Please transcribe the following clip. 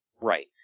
Right